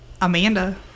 Amanda